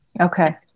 Okay